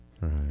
right